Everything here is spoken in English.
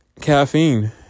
caffeine